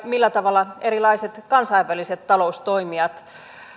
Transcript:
millä tavalla erilaiset kansainväliset taloustoimijat